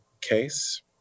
case